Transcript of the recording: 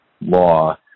law